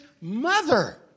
mother